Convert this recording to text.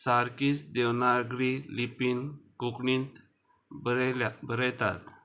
सारकीच देवनागरी लिपीन कोंकणींत बरयल्या बरयतात